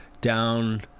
down